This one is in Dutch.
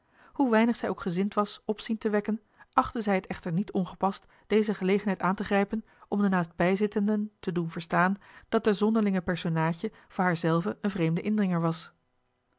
hoe weinig zij ook gezind was opzien te wekken achtte zij het echter niet ongepast deze gelegenheid aan te grijpen om de naastbijzittenden te doen verstaan dat de zonderlinge personaadje voor haar zelve een vreemde indringer was